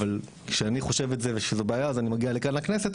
אבל כשאני חושב את זה ושזו בעיה אז אני מגיע לכאן לכנסת,